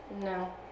No